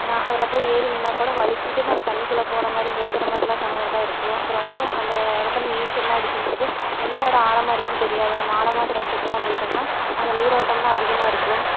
நான் அதில் போய் ஏறி நின்றாக்கூட வழுக்கிட்டு நாம் தண்ணிக்குள்ள போகிறமாரி மூழ்குறமாதிரில்லாம் சமயம்லாம் இருக்கும் அப்புறம் வந்து அந்த இடத்துல நீச்சல்லாம் அடிக்கும்போது எந்த இடம் ஆழமாக இருக்குதுன்னு தெரியாது நம்ம ஆழமாக இருக்கிற இடத்துக்கெல்லாம் போயிட்டோம்ன்னால் அங்கே நீரோட்டம்லாம் அதிகமாக இருக்கும்